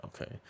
okay